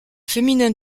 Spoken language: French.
féminin